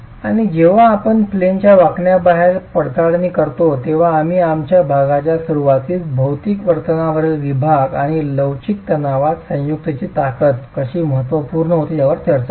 आणि जेव्हा आपण प्लेनच्या वाकण्याबाहेर पडताळणी करतो तेव्हा आम्ही आमच्या भागाच्या सुरूवातीस भौतिक वर्तनावरील विभाग आणि लवचिक तणावात संयुक्तची ताकद कशी महत्त्वपूर्ण होते यावर चर्चा केली